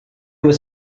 was